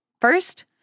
First